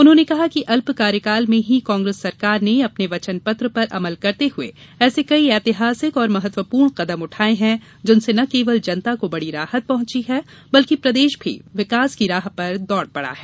उन्होंने कहा कि अल्प कार्यकाल में ही कांग्रेस सरकार ने अपने वचन पत्र पर अमल करते हुए ऐसे कई ऐतिहासिक और महत्वपूर्ण कदम उठाए हैं जिनसे न केवल जनता को बड़ी राहत पहुंची है बल्कि प्रदेश भी विकास की राह पर दौड़ पड़ा है